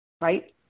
right